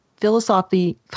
philosophy